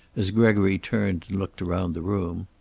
as gregory turned and looked around the room.